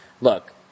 Look